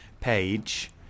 page